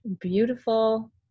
beautiful